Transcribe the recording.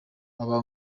aba